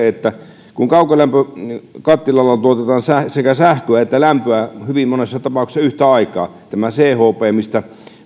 että kun kaukolämpökattilalla tuotetaan sekä sähköä että lämpöä hyvin monessa tapauksessa yhtä aikaa tämä chp mistä